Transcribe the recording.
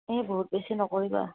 এই বহুত বেছি নকৰিবা